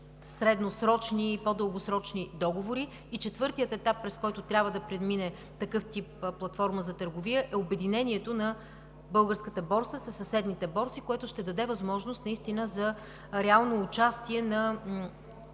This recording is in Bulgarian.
средносрочни и по-дългосрочни договори. Четвъртият етап, през който трябва да премине такъв тип платформа за търговия, е обединението на българската борса със съседните борси, което ще даде възможност за реално участие на